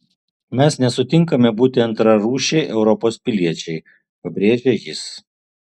mes nesutinkame būti antrarūšiai europos piliečiai pabrėžė jis